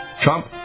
Trump